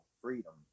Freedom